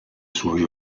suoi